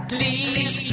Please